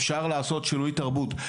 אז אפשר לעשות שינוי תרבות,